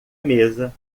mesa